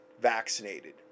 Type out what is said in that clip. vaccinated